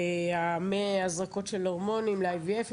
מהזרקות של הורמונים ל-IVF.